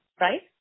right